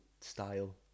style